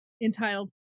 entitled